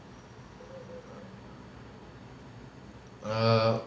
err